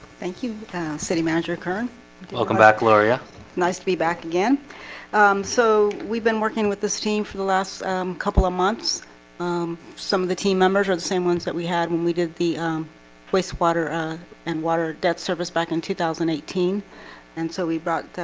thank you city manager kern welcome back lauria nice to be back again so we've been working with this team for the last couple of months some of the team members are the same ones that we had when we did the waste water um and water debt service back in two thousand and eighteen and so we brought